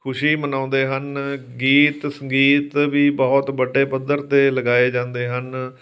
ਖੁਸ਼ੀ ਮਨਾਉਂਦੇ ਹਨ ਗੀਤ ਸੰਗੀਤ ਵੀ ਬਹੁਤ ਵੱਡੇ ਪੱਧਰ 'ਤੇ ਲਗਾਏ ਜਾਂਦੇ ਹਨ